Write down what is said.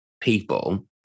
people